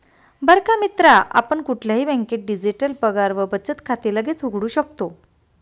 बर का मित्रा आपण कुठल्याही बँकेत डिजिटल पगार व बचत खाते लगेच उघडू शकतो